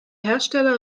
hersteller